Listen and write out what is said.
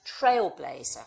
trailblazer